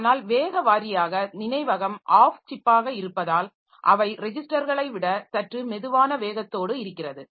ஆனால் வேக வாரியாக நினைவகம் ஆஃப் சிப்பாக இருப்பதால் அவை ரெஜிஸ்டர்களை விட சற்று மெதுவான வேகத்தோடு இருக்கிறது